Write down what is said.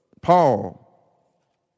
Paul